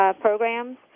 programs